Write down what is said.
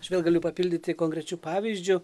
aš vėl galiu papildyti konkrečiu pavyzdžiu